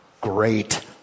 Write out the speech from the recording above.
great